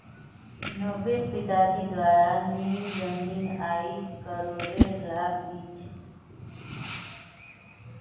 नब्बेट पिताजी द्वारा लील जमीन आईज करोडेर लाभ दी छ